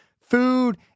food